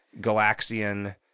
Galaxian